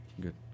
Good